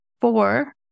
four